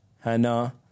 Hannah